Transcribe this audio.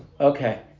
Okay